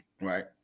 right